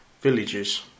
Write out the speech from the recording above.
villages